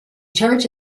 church